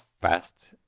fast